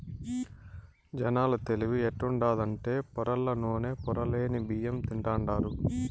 జనాల తెలివి ఎట్టుండాదంటే పొరల్ల నూనె, పొరలేని బియ్యం తింటాండారు